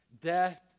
death